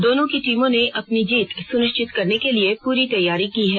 दोनों की टीमों ने अपनी जीत सुनिश्चित करने के लिए पूरी तैयारी की है